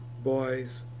boys,